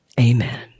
Amen